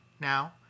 now